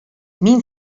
мин